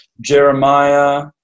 Jeremiah